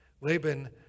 Laban